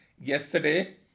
yesterday